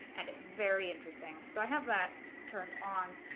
and it's very interesting. so i have that turned on,